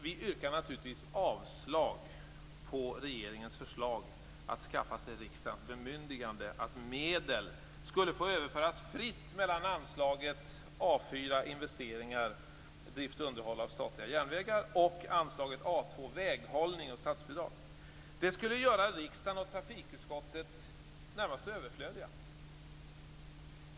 Vi yrkar naturligtvis avslag på regeringens förslag att skaffa sig riksdagens bemyndigande att medel skulle få överföras fritt mellan anslaget A 4 Investeringar samt drift och underhåll av statliga järnvägar och anslaget A 2 Väghållning och statsbidrag. Detta skulle göra riksdagen och trafikutskottet närmast överflödiga.